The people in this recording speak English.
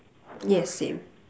yes same